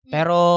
Pero